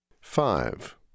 Five